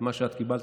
למה שאת קיבלת,